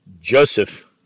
Joseph